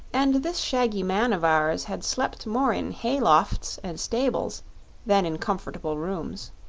and this shaggy man of ours had slept more in hay-lofts and stables than in comfortable rooms.